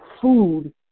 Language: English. Food